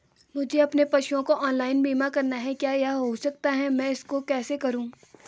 मुझे अपने पशुओं का ऑनलाइन बीमा करना है क्या यह हो सकता है मैं इसको कैसे करूँ?